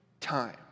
time